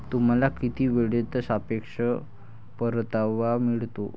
तुम्हाला किती वेळेत सापेक्ष परतावा मिळतो?